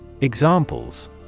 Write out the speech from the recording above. Examples